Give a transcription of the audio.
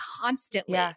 constantly